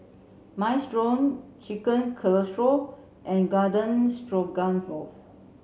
Minestrone Chicken Casserole and Garden Stroganoff